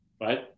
right